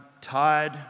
tired